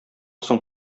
соң